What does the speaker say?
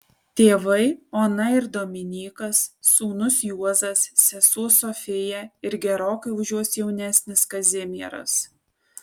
tėvai ona ir dominykas sūnus juozas sesuo sofija ir gerokai už juos jaunesnis kazimieras